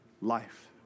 life